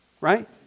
right